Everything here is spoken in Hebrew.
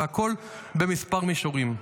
והכול בכמה מישורים: